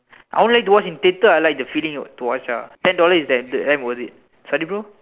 I only like to watch in theatre I like the feeling of to watch ah ten dollars is standard damn worth it sorry bro